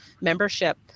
membership